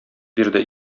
бирде